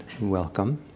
welcome